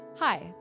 Hi